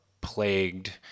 plagued